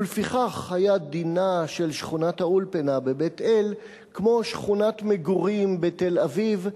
ואז היה דינה של שכונת-האולפנה בבית-אל כמו של שכונת מגורים בתל-אביב,